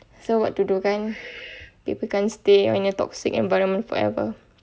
so what to do kan people can't stay in a toxic environment forever